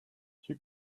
you